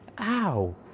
Ow